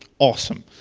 awesome,